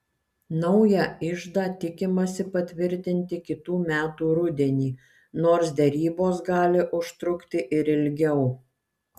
naują iždą tikimasi patvirtinti kitų metų rudenį nors derybos gali užtrukti ir ilgiau